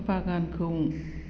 बागानखौ